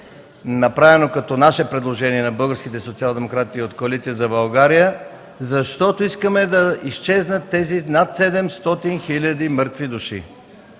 направено като единствено предложение на българските социалдемократи от Коалиция за България, защото искаме да изчезнат тези над 700 хиляди мъртви души.